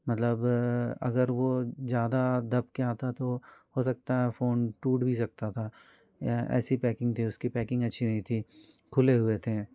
मतलब अगर वो ज़्यादा दब के आता तो हो सकता है फ़ोन टूट भी सकता था ऐसी पैकिंग थी उसकी पैकिंग अच्छी नहीं थी खुले हुए थे